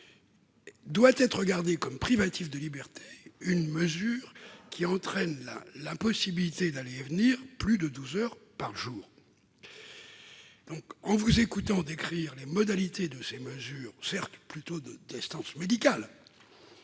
doit être regardée comme privative de liberté une mesure qui entraîne l'impossibilité d'aller et venir plus de douze heures par jour. Lorsque je vous écoute décrire les modalités de ces mesures, certes d'ordre médical,